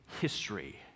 history